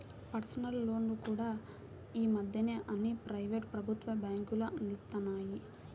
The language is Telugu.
పర్సనల్ లోన్లు కూడా యీ మద్దెన అన్ని ప్రైవేటు, ప్రభుత్వ బ్యేంకులూ అందిత్తన్నాయి